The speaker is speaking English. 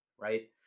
right